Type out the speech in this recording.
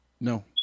No